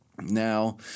Now